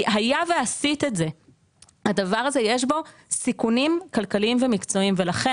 היה ועשית את זה הדבר הזה יש בו סיכונים כלכליים ומקצועיים ולכן